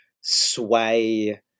sway